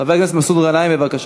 חבר הכנסת מסעוד גנאים, בבקשה.